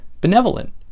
benevolent